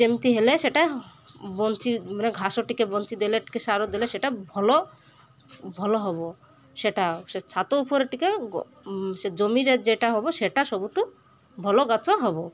ଯେମିତି ହେଲେ ସେଇଟା ବଞ୍ଚି ମାନେ ଘାସ ଟିକେ ବଞ୍ଚି ଦେଲେ ଟିକେ ସାର ଦେଲେ ସେଇଟା ଭଲ ଭଲ ହବ ସେଇଟା ସେ ଛାତ ଉପରେ ଟିକେ ସେ ଜମିରେ ଯେଉଁଟା ହବ ସେଇଟା ସବୁଠୁ ଭଲ ଗଛ ହବ